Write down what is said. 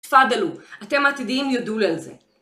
תפדלו, אתם העתידיים יודו לי על זה.